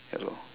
yeah lor